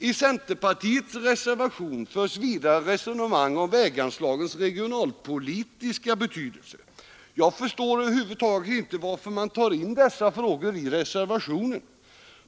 I centerpartiets reservation förs vidare resonemang om väganslagens regionalpolitiska betydelse. Jag förstår över huvud taget inte varför man tar in dessa frågor i reservationen.